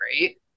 right